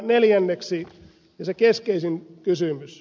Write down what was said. neljänneksi se keskeisin kysymys